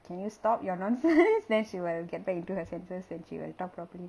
can you stop your nonsense then she will like get back into her senses then she will talk properly